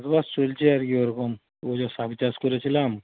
চাষবাস চলছে আর কি ওরকম এবছর শাক চাষ করেছিলাম